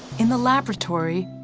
in the laboratory,